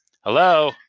Hello